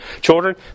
children